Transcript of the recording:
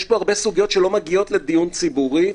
יש פה הרבה סוגיות שלא מגיעות לדיון ציבורי,